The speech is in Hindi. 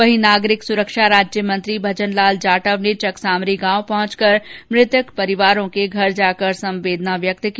वहीं नागरिक सुरक्षा राज्य मंत्री भजन लाल जाटव ने चक सामरी गांव पहुंचकर मृतक परिवारों के घर जाकर संवेदना व्यक्त की